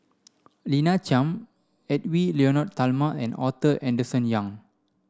Lina Chiam Edwy Lyonet Talma and Arthur Henderson Young